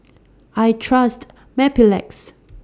I Trust Mepilex